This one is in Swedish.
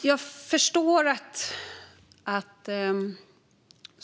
Fru talman!